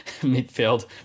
midfield